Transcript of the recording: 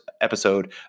episode